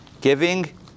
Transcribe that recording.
giving